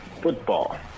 Football